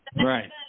Right